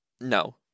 No